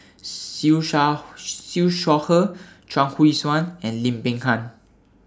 Siew Shaw Siew Shaw Her Chuang Hui Tsuan and Lim Peng Han